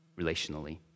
relationally